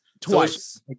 Twice